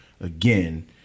again